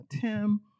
Tim